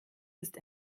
ist